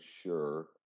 sure